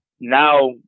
Now